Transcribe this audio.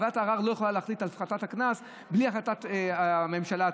ועדת הערר לא יכולה להחליט על הפחתת הקנס בלי החלטת הממשלה עצמה.